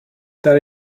that